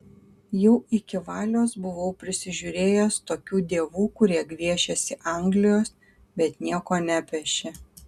jau iki valios buvau prisižiūrėjęs tokių dievų kurie gviešėsi anglijos bet nieko nepešė